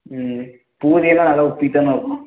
ம் பூரி எல்லாம் நல்லா உப்பித் தானே இருக்கும்